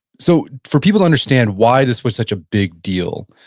so, for people to understand why this was such a big deal,